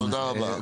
תודה רבה.